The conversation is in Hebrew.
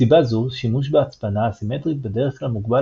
מסיבה זו השימוש בהצפנה אסימטרית בדרך כלל מוגבל